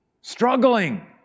struggling